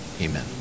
amen